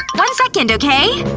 one second, okay?